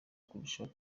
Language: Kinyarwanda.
kurushaho